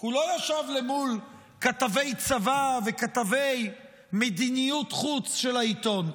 כי הוא לא ישב מול כתבי צבא וכתבי מדיניות חוץ של העיתון,